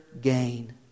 gain